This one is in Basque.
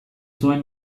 zuen